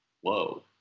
whoa